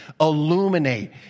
illuminate